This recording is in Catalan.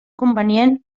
convenient